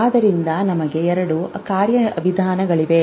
ಆದ್ದರಿಂದ ನಮಗೆ ಎರಡು ಕಾರ್ಯವಿಧಾನಗಳಿವೆ